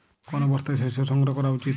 কোন অবস্থায় শস্য সংগ্রহ করা উচিৎ?